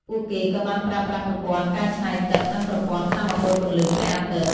ពួកគេក៏បានប្រើប្រាស់ប្រព័ន្ធកែច្នៃទឹកនិងប្រព័ន្ធថាមពលពន្លឺព្រះអាទិត្យ។